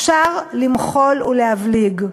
אפשר למחול ולהבליג.